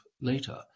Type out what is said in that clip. later